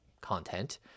content